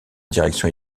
direction